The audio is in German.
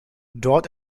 dort